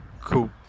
cool